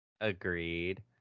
Agreed